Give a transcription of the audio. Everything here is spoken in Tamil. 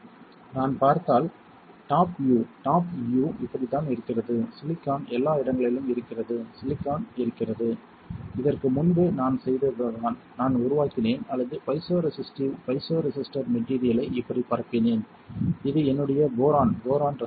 நான் பார்த்தால் டாப் வியூ டாப் வியூ இப்படித்தான் இருக்கிறது சிலிக்கான் எல்லா இடங்களிலும் இருக்கிறது சிலிக்கான் இருக்கிறது இதற்கு முன்பு நான் செய்ததுதான் நான் உருவாக்கினேன் அல்லது பைசோ ரெசிஸ்டிவ் பைசோ ரெசிஸ்டர் மெட்டீரியலை இப்படிப் பரப்பினேன் இது என்னுடைய போரான் போரான் ரெசிஸ்டன்ஸ்